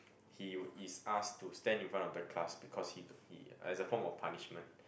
he is asked to stand in front of the class because he he as a form of punishment